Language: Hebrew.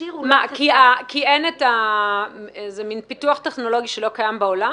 המכשיר --- כי זה פיתוח טכנולוגי שלא קיים בעולם?